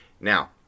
Now